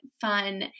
fun